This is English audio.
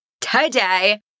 today